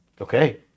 okay